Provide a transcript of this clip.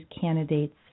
candidates